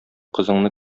кызыңны